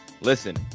Listen